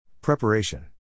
Preparation